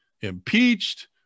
impeached